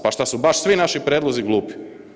Pa što su baš svi naši prijedlozi glupi?